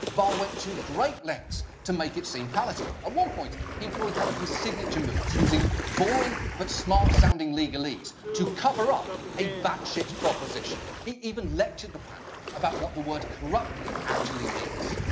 barr went to great lengths to make it seem palatable. at one point, he employed one of his signature moves, using boring but smart sounding legalese to cover up a bat shit proposition. he even lectured the panel about what the word corruptly actually means.